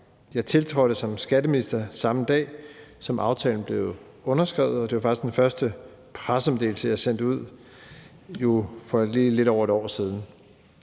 Jeg tiltrådte som skatteminister, samme dag som aftalen blev underskrevet, og det var faktisk den første pressemeddelelse, jeg sendte ud for lige lidt over et år siden.